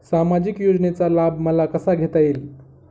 सामाजिक योजनेचा लाभ मला कसा घेता येईल?